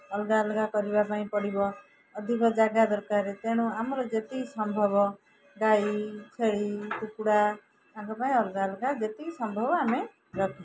ଅଲଗା ଅଲଗା କରିବା ପାଇଁ ପଡ଼ିବ ଅଧିକ ଜାଗା ଦରକାର ତେଣୁ ଆମର ଯେତିକି ସମ୍ଭବ ଗାଈ ଛେଳି କୁକୁଡ଼ା ତାଙ୍କ ପାଇଁ ଅଲଗା ଅଲଗା ଯେତିକି ସମ୍ଭବ ଆମେ ରଖିବା